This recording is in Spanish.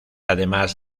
además